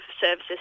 services